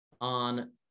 on